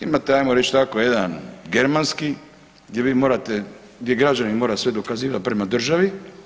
Imate hajmo reći tako jedan germanski gdje vi morate, gdje građanin mora sve dokazivati prema državi.